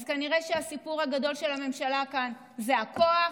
אז כנראה שהסיפור הגדול של הממשלה כאן זה הכוח,